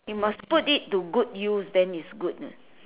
you must put it to good use then it's good